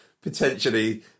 potentially